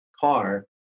car